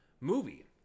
movie